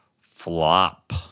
FLOP